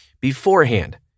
beforehand